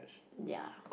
ya